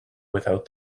without